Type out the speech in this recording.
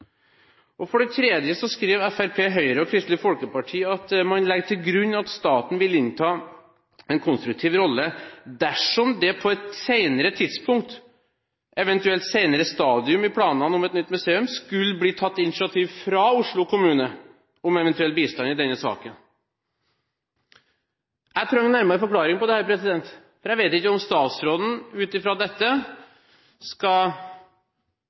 For det tredje skriver Fremskrittspartiet, Høyre og Kristelig Folkeparti at man legger til grunn at «staten vil innta en konstruktiv rolle dersom det på et senere tidspunkt, eventuelt senere stadium i planene om et nytt museum, skulle bli tatt initiativ fra Oslo kommune om eventuell bistand i denne saken». Jeg trenger en nærmere forklaring på dette, for jeg vet ikke om statsråden ut fra dette skal